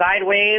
sideways